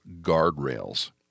guardrails